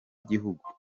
igihugu